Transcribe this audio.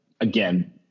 again